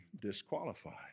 disqualified